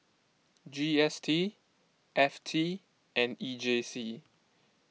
G S T F T and E J C